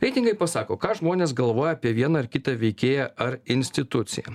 reitingai pasako ką žmonės galvoja apie vieną ar kitą veikėją ar instituciją